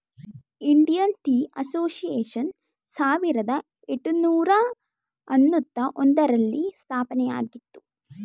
Indian tea association ಸಾವಿರದ ಏಟುನೂರ ಅನ್ನೂತ್ತ ಒಂದರಲ್ಲಿ ಸ್ಥಾಪನೆಯಾಯಿತು